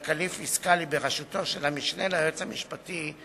כלכלי-פיסקלי, בראשותו של המשנה ליועץ המשפטי,